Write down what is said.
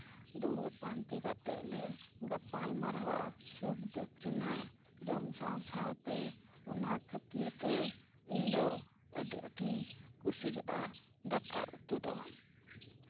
ᱫᱩᱲᱩᱵ ᱯᱟᱱᱛᱮ ᱠᱟᱛᱮᱞᱮ ᱜᱟᱯᱟᱞ ᱢᱟᱨᱟᱣᱟ ᱥᱩᱠᱼᱫᱩᱠ ᱨᱮᱱᱟᱜ ᱡᱚᱢ ᱥᱟᱶᱼᱥᱟᱶ ᱛᱮ ᱚᱱᱟ ᱠᱷᱟᱹᱛᱤᱨ ᱛᱮ ᱤᱧ ᱫᱚ ᱟᱹᱰᱤ ᱟᱸᱴᱤᱧ ᱠᱩᱥᱤᱭᱟᱜᱼᱟ ᱫᱟᱠᱟ ᱩᱛᱩ ᱫᱚ